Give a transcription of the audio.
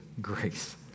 grace